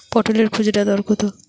পটলের খুচরা দর কত?